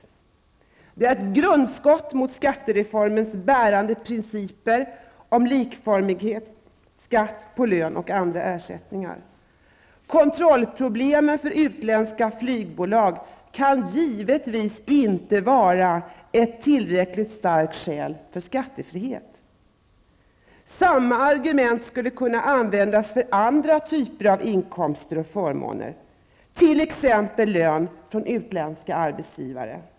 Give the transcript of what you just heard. Det är ett grundskott mot skattereformens bärande principer om likformig skatt på lön och andra ersättningar. Kontrollproblem för utländska flygbolag kan givetvis inte vara ett tillräckligt starkt skäl för skattefrihet. Samma argument skulle kunna användas för andra typer av inkomster och förmåner, t.ex.lön från utländska arbetsgivare.